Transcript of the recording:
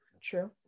True